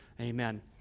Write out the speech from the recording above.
Amen